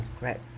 Right